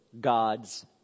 God's